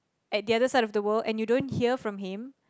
at the other side of the world and you don't hear from him